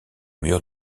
mur